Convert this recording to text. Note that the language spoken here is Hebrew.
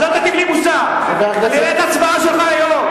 אז אל תטיף לי מוסר, נראה את ההצבעה שלך היום.